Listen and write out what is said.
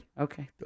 Okay